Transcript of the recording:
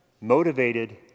motivated